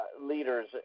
leaders